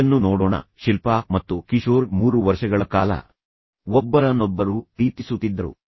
ಇದನ್ನು ನೋಡೋಣ ಶಿಲ್ಪಾ ಮತ್ತು ಕಿಶೋರ್ ಮೂರು ವರ್ಷಗಳ ಕಾಲ ಒಬ್ಬರನ್ನೊಬ್ಬರು ಪ್ರೀತಿಸುತ್ತಿದ್ದರು